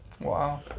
Wow